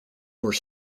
were